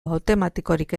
automatikorik